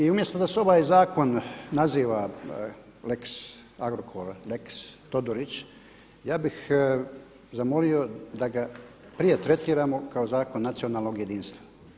I umjesto da se ovaj zakon naziva lex Agrokor, lex Todorić ja bih zamolio da ga prije tretiramo kao zakon nacionalnog jedinstva.